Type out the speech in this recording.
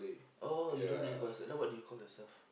oh you don't really consider then what do you call yourself